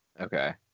Okay